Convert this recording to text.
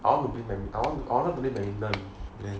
I want to be I wanted to play badminton